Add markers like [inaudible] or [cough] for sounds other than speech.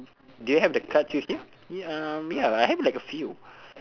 do you have the cards with you [noise] um ya I have like a few